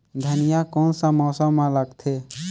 धनिया कोन सा मौसम मां लगथे?